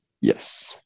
yes